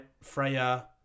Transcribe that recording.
Freya